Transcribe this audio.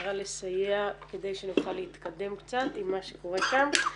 מטרה לסייע כדי שנוכל להתקדם קצת עם מה שקורה שם.